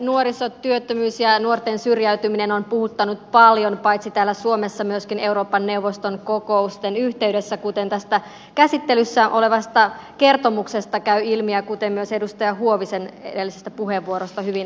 nuorisotyöttömyys ja nuorten syrjäytyminen on puhuttanut paljon paitsi täällä suomessa myöskin euroopan neuvoston kokousten yhteydessä kuten tästä käsittelyssä olevasta kertomuksesta käy ilmi ja kuten myös edustaja huovisen edellisestä puheenvuorosta hyvin tuli esiin